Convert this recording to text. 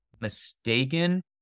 mistaken